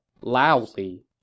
loudly